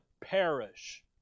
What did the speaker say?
perish